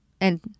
And-